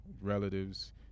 relatives